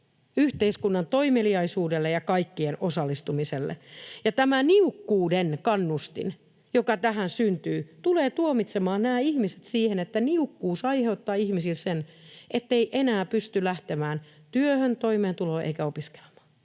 yhteiskunnan toimeliaisuudelle ja kaikkien osallistumiselle. Tämä niukkuuden kannustin, joka tähän syntyy, tulee tuomitsemaan nämä ihmiset siihen, että niukkuus aiheuttaa ihmisille sen, ettei enää pysty lähtemään työhön, toimeentuloon eikä opiskelemaan.